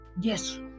Yes